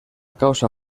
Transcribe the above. causa